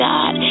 God